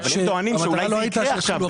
אבל הם טוענים שאולי זה יקרה עכשיו,